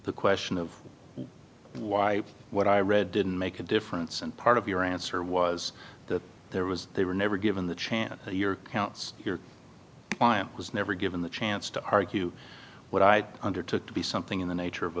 the question of why what i read didn't make a difference and part of your answer was that there was they were never given the chance your counts your client was never given the chance to argue what i undertook to be something in the nature of